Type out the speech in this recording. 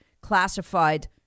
classified